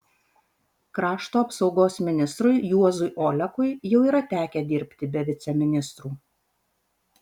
krašto apsaugos ministrui juozui olekui jau yra tekę dirbti be viceministrų